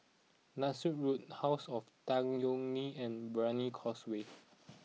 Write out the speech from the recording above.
Nassim Road House of Tan Yeok Nee and Brani Causeway